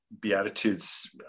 Beatitudes